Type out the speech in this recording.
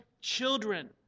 children